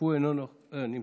בבקשה, אדוני.